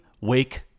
wake